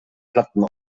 platten